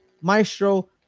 Maestro